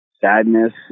sadness